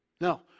No